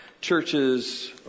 churches